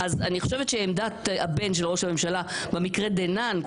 אז אני חושבת שעמדת הבן של ראש הממשלה במקרה דנן,